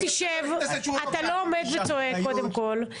אתה לא עומד וצועק, קודם כל.